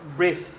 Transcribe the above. brief